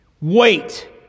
Wait